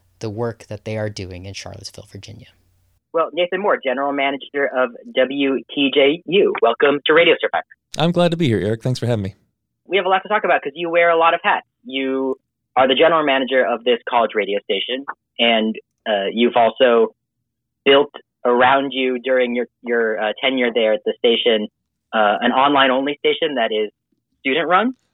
the work that they are doing in Charlottesville, Virginia. Well, Nathan Moore, General Manager of WTJU, welcome to Radio Survivor. I'm glad to be here, Eric. Thanks for having me. We have a lot to talk about 'cause you wear a lot of hats. You are the general manager of this college radio station, and, uh, you've also built around you during your- your, uh, tenure there at the station, uh, an online-only station that is student-run.